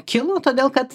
kilo todėl kad